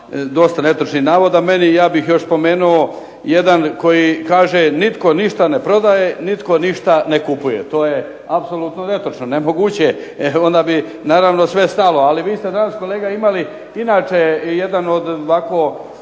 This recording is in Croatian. dosta netočnih navoda. Ja bih još spomenuo jedan koji kaže, nitko ništa ne prodaje, nitko ništa ne kupuje. To je apsolutno netočno. Nemoguće je, onda bi naravno sve stalo. Ali vi ste danas kolega imali inače jedan od ovako